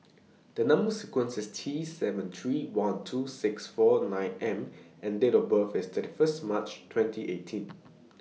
The Number sequence IS T seven three one two six four nine M and Date of birth IS thirty First March twenty eighteen